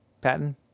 Patton